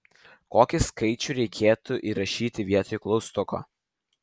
kokį skaičių reikėtų įrašyti vietoj klaustuko